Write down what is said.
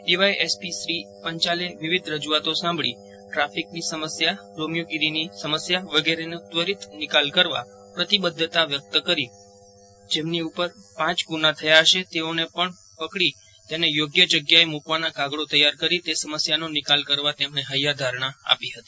DYSP Shri પંચાલે વિવિધ રજૂઆતો સાંભળી ટ્રાફિકની સમસ્યા રોમિયોગીરીની સમસ્યા વિગેરેનો ત્વરિત નિકાલ કરવા પ્રતિબદ્વતા વ્યક્તિ કરી જેમના ઉપર પાંચ ગુના થયા હશે તેઓને પણ પકડી તેને યોગ્ય જગ્યાએ મૂકવાના કાગળો તૈયાર કરી તે સમસ્યાનો નિકાલ કરવા હૈયાધારણ આપી હતી